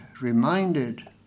reminded